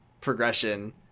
progression